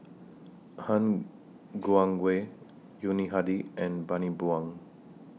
Han Guangwei Yuni Hadi and Bani Buang